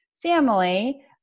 Family